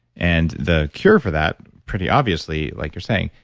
and the cure for that, pretty obviously, like you're saying,